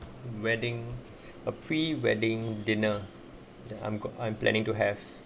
wedding a pre-wedding dinner then I'm go I'm planning to have